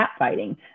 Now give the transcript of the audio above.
catfighting